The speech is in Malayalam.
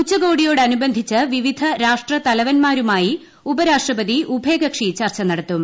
ഉച്ചകോടിയോട് അനുബന്ധിച്ച് വിവിധ രാഷ്ട്രത്തലവന്മാരുമായി ഉപരാഷ്ട്രപതി ഉഭയകക്ഷി ചർച്ച നടത്തും